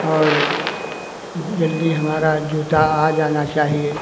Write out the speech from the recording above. और जल्दी हमारा जूता आ जाना चाहिए